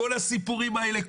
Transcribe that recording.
כל הסיפורים האלה,